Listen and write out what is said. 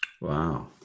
Wow